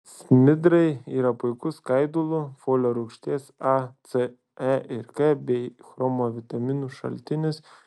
smidrai yra puikus skaidulų folio rūgšties a c e ir k bei chromo vitaminų šaltinis